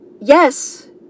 yes